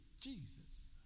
Jesus